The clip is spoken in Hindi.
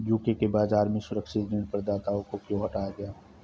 यू.के में बाजार से सुरक्षित ऋण प्रदाताओं को क्यों हटाया गया?